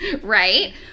Right